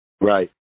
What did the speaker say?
Right